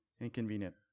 inconvenient